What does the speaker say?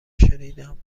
شنیدم